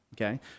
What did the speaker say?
Okay